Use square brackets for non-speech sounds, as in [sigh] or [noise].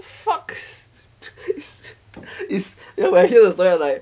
fuck [noise] is is you know when I hear the story I'm like